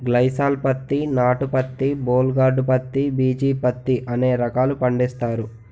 గ్లైసాల్ పత్తి నాటు పత్తి బోల్ గార్డు పత్తి బిజీ పత్తి అనే రకాలు పండిస్తారు